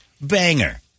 Banger